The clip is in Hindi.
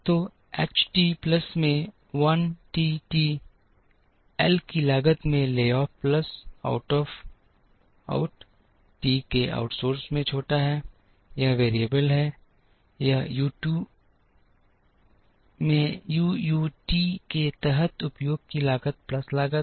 तो H t plus में l t t L की लागत में layoff plus out of outs t के आउटसोर्स में छोटा है यह वेरिएबल है यह U t में यू यू टी के तहत उपयोग की लागत plus लागत है